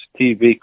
TV